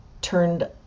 turned